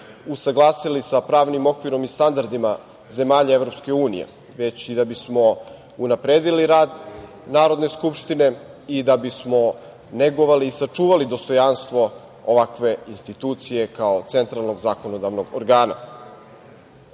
usaglasili sa pravnim okvirom i standardima zemalja Evropske unije, već i da bismo unapredili rad Narodne skupštine i da bismo negovali i sačuvali dostojanstvo ovakve institucije kao centralnog zakonodavnog organa. Na